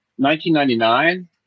1999